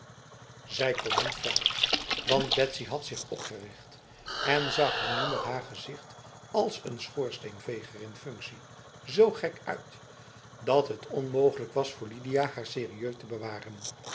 zij kon niet verder want betsy had zich opgericht en zag er nu met haar gezicht als een schoorsteenveger in functie z gek uit dat het onmogelijk was voor lidia haar sérieux te bewaren